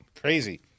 crazy